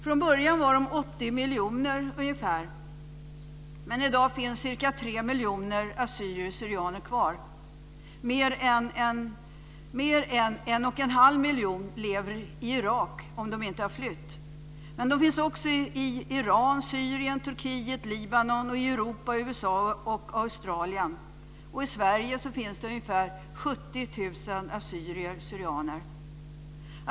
Från början var de ungefär 80 miljoner, men i dag finns det ca 3 miljoner assyrier syrianer.